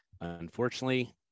unfortunately